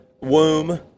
womb